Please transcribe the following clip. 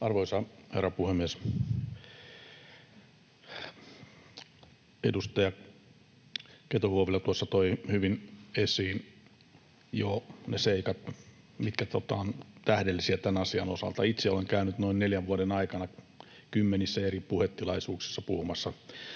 Arvoisa herra puhemies! Edustaja Keto-Huovinen tuossa toi jo hyvin esiin ne seikat, mitkä ovat tähdellisiä tämän asian osalta. Itse olen käynyt noin neljän vuoden aikana kymmenissä eri puhetilaisuuksissa puhumassa